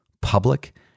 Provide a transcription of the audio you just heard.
public